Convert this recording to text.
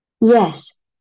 Yes